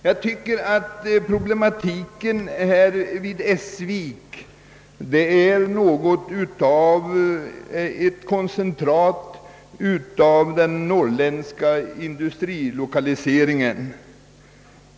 Problematiken kring fabriken i Essvik är något av ett koncentrat av den norrländska industrilokaliseringen.